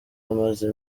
amaze